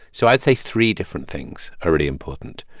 so i'd say three different things are really important.